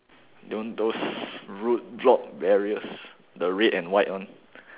know those road block barriers the red and white one